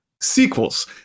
sequels